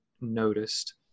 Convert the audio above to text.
noticed